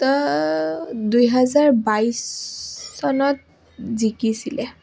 দুই হাজাৰ বাইছ চনত জিকিছিলে